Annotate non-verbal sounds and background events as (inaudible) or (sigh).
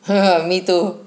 (laughs) me too